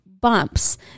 bumps